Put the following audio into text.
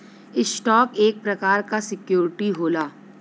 stock एक प्रकार क सिक्योरिटी होला